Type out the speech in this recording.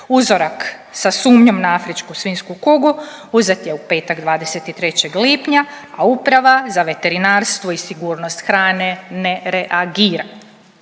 uzorak sa sumnjom na afričku svinjsku kugu uzet je u petak 23. lipnja, a Uprava za veterinarstvo i sigurnost hrane ne reagira.